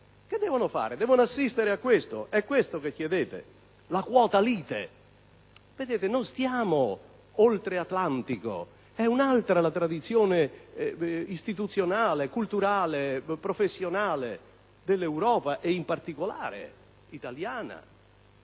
che devono fare? Devono assistere a questo? È questo che chiedete? La quota lite? Non ci troviamo oltre Atlantico, è un'altra la tradizione istituzionale, culturale e professionale dell'Europa e, in particolare, italiana.